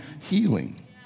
healing